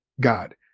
God